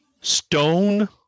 Stone